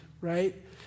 right